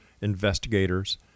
investigators